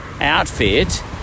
outfit